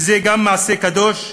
שזה מעשה קדוש,